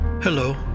Hello